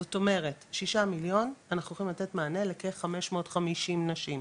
זאת אומרת ששה מיליון אנחנו יכולים לתת מענה לכ-550 נשים,